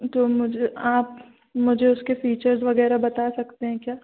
तो मुझे आप मुझे उसके फ़ीचर्स वग़ैरह बता सकते हैं क्या